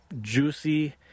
juicy